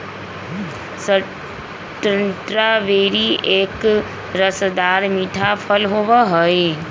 strawberry एक रसदार मीठा फल होबा हई